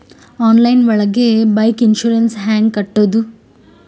Online ಒಳಗೆ bike insurance ಹ್ಯಾಂಗ್ ಕಟ್ಟುದು?